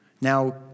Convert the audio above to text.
Now